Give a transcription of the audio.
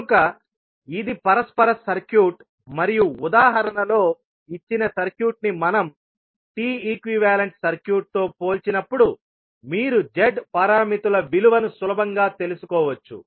కనుక ఇది పరస్పర సర్క్యూట్ మరియు ఉదాహరణలో ఇచ్చిన సర్క్యూట్ని మనం T ఈక్వివాలెంట్ సర్క్యూట్తో పోల్చినప్పుడు మీరు Z పారామితుల విలువను సులభంగా తెలుసుకోవచ్చు